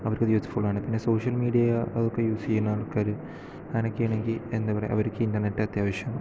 അവർക്കത് യൂസ്ഫുൾ ആണ് പിന്നെ സോഷ്യൽ മീഡിയ അതൊക്കെ യൂസ് ചെയ്യുന്ന ആൾക്കാർ അങ്ങനെയൊക്കെയാണെങ്കിൽ എന്താ പറയുക അവർക്ക് ഇൻറ്റർനെറ്റ് അത്യാവശ്യമാണ്